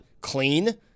clean